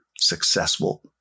successful